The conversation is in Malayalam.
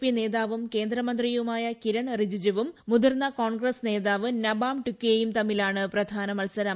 പി നേതാവൂട്ട് ക്കേന്ദ്രമന്ത്രിയുമായ കിരൺ റിജിജുവും മുതിർന്ന കോൺഗ്രസ്റ്റ് നേതാവ് നബാം ടുക്കിയും തമ്മിലാണ് പ്രധാന മത്സരം